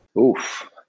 Oof